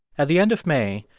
at the end of may,